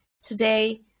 Today